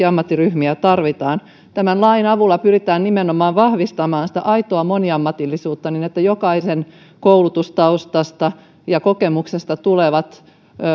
ammattiryhmiä tarvitaan tämän lain avulla pyritään nimenomaan vahvistamaan sitä aitoa moniammatillisuutta niin että jokaisen koulutustaustasta ja kokemuksesta tulevat